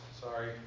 Sorry